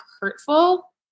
hurtful